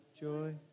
joy